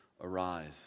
arise